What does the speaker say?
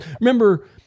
Remember